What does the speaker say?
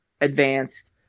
advanced